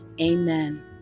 amen